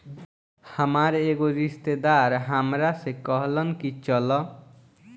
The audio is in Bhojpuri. हामार एगो रिस्तेदार हामरा से कहलन की चलऽ